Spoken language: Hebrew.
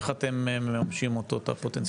איך אתם מממשים אותו את הפוטנציאל הזה?